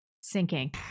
sinking